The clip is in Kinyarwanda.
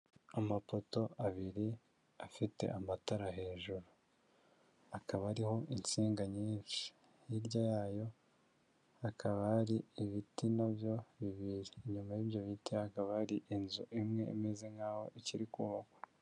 Amapoto abiri afite amatara hejuru, akaba ariho insinga nyinshi, hirya yayo hakaba hari ibiti nabyo bibiri, inyuma y'ibyo biti hakaba hari inzu imwe imeze nkaho ikiri kubakwa.